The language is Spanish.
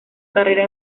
carrera